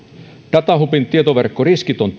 datahubin tietoverkkoriskit on